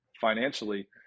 financially